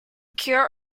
cure